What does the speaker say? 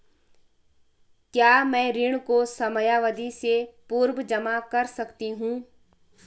क्या मैं ऋण को समयावधि से पूर्व जमा कर सकती हूँ?